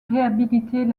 réhabiliter